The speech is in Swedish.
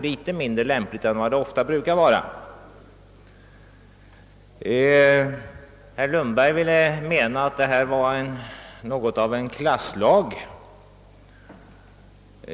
Herr Lundberg ansåg att det föreliggande lagförslaget var något av en klasslag.